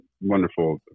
wonderful